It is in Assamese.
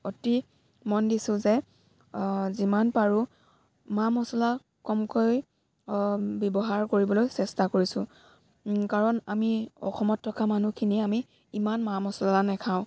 অতি মন দিছোঁ যে যিমান পাৰোঁ মা মছলা কমকৈ ব্যৱহাৰ কৰিবলৈ চেষ্টা কৰিছোঁ কাৰণ আমি অসমত থকা মানুহখিনিয়ে আমি ইমান মা মছলা নাখাওঁ